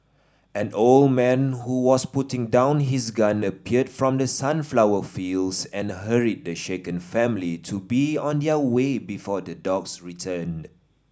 an old man who was putting down his gun appeared from the sunflower fields and hurried the shaken family to be on their way before the dogs return